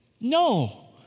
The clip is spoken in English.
No